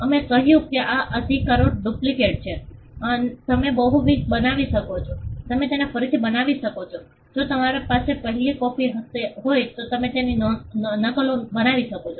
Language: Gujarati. અમે કહ્યું કે આ અધિકારો ડુપ્લિકેટ છે તમે બહુવિધ બનાવી શકો છો તમે તેને ફરીથી બનાવી શકો છો જો તમારી પાસે પહેલી કોપિ હોય તો તમે તેની ઘણી નકલો બનાવી શકો છો